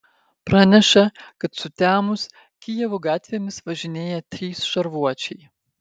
praneša kad sutemus kijevo gatvėmis važinėja trys šarvuočiai